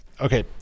okay